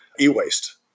e-waste